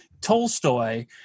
Tolstoy